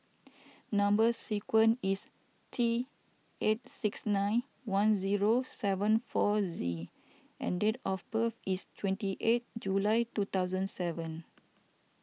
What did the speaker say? Number Sequence is T eight six nine one zero seven four Z and date of birth is twenty eight July two thousand seven